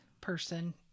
person